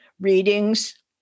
readings